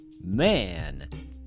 Man